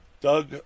Doug